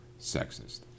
sexist